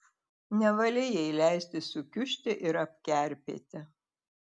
nevalia jai leisti sukiužti ir apkerpėti